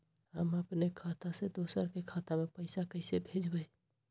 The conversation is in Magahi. हम अपने खाता से दोसर के खाता में पैसा कइसे भेजबै?